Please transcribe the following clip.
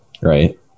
right